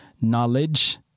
knowledge